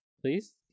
Please